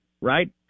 Right